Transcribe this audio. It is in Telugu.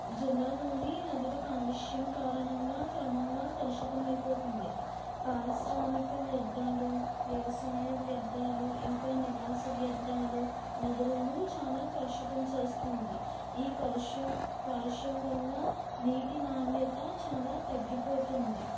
జిల్లాలోని నదులు కాలుష్యం కారణంగా క్రమంగా కలుషితం అయిపోతుంది పారిశ్రామిక వ్యర్ధాలు వ్యవసాయ వ్యర్ధాలు ఇంకా నివాస వ్యర్ధాలు నదులను చాలా కలుషితం చేస్తుంది ఈ కలుష్యం కాలుష్యం వల్ల నీటి నాణ్యత చాలా తగ్గిపోతుంది